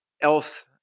else